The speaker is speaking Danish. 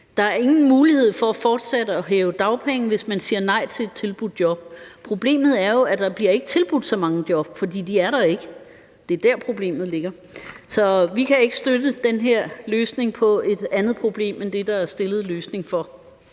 Der er ingen mulighed for fortsat at hæve dagpenge, hvis man siger nej til et tilbudt job. Problemet er jo, at der ikke bliver tilbudt så mange job, for de er der ikke. Det er der, problemet ligger. Så vi kan ikke støtte den her løsning på et andet problem end det, løsningen er stillet for.